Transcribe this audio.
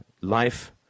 life